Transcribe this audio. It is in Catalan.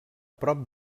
prop